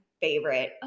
favorite